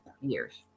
years